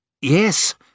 yes